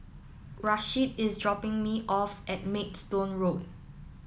Rasheed is dropping me off at Maidstone Road